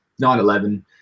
911